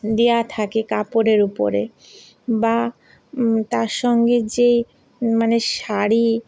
দেওয়া থাকে কাপড়ের উপরে বা তার সঙ্গে যে মানে শাড়ি